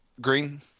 green